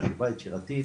חלופה יצירתית,